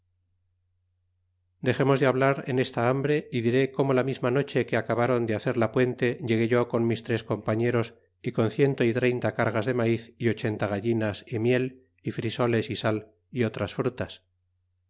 dexemos de hablar en esta hambre y diré como la misma noche que acabron de hacer la puente llegué yo con mis tres compartey con ciento y treinta cargas de maiz y ochenta gallinas y miel y frisoles y sal y otras